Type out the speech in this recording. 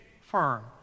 firm